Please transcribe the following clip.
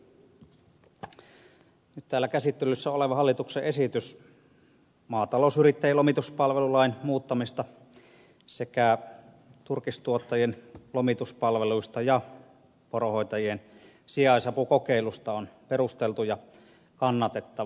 nyt täällä käsittelyssä oleva hallituksen esitys maatalousyrittäjien lomituspalvelulain muuttamisesta sekä turkistuottajien lomituspalveluista ja poronhoitajien sijaisapukokeilusta on perusteltu ja kannatettava